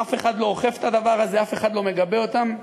אף אחד לא אוכף את הדבר הזה, אף אחד לא מגבה אותן,